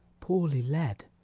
poorly led